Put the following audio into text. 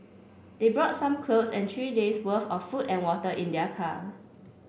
they brought some clothes and three days' worth of food and water in their car